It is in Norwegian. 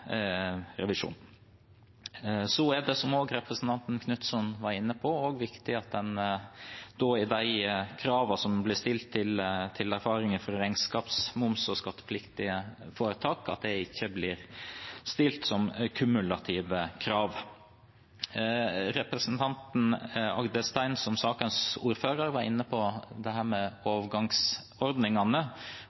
representanten Knutsen var inne på, viktig at de kravene som blir stilt om erfaringer fra regnskapsmoms og skattepliktige foretak, ikke blir stilt som kumulative krav. Representanten Rodum Agdestein, som sakens ordfører, var inne på overgangsordningene og kravene der. Hvis jeg oppfatter representanten korrekt, er det